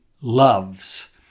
loves